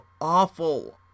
awful